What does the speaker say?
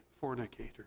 fornicator